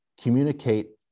communicate